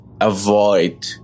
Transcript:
avoid